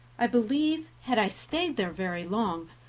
i believe, had i stayed there very long,